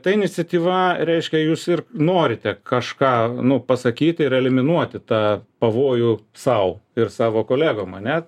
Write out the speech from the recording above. ta iniciatyva reiškia jūs ir norite kažką nu pasakyti ir eliminuoti tą pavojų sau ir savo kolegom ane